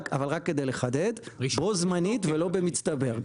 אבל רק כדי לחדד, בו זמנית ולא במצטבר.